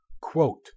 quote